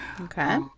Okay